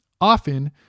Often